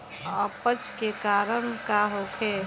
अपच के कारण का होखे?